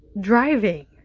driving